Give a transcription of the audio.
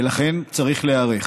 ולכן, צריך להיערך.